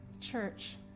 Church